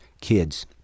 kids